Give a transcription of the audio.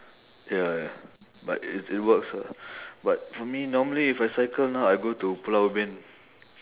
ya ya but it it works lah but for me normally if I cycle now I go to pulau ubin